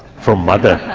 from mother.